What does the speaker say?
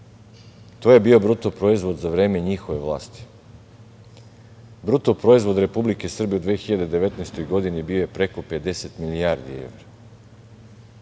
To je bio BDP za vreme njihove vlasti. Bruto proizvod Republike Srbije u 2019. godini bio je preko 50 milijardi evra.